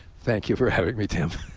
thank you for having me tim.